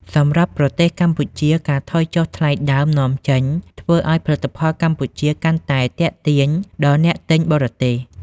សម្រាប់ប្រទេសកម្ពុជា ការថយចុះថ្លៃដើមនាំចេញធ្វើឱ្យផលិតផលកម្ពុជាកាន់តែទាក់ទាញដល់អ្នកទិញបរទេស។